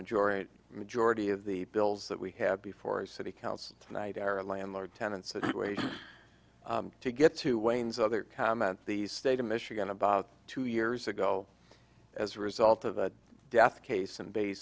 majority majority of the bills that we have before a city council tonight are a landlord tenant situation to get to wayne's other comment the state of michigan about two years ago as a result of a death case in bay